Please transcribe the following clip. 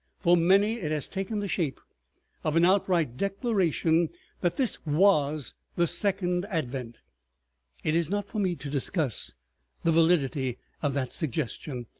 for many it has taken the shape of an outright declaration that this was the second advent it is not for me to discuss the validity of that suggestion,